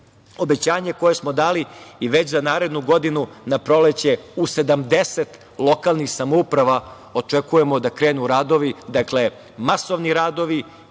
obećanje koje smo dali i već za narednu godinu na proleće u 70 lokalnih samouprava očekujemo da krenu radovi, masovni radovi